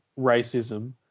racism